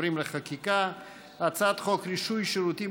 עוברים לחקיקה: הצעת חוק רישוי שירותים